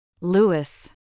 Lewis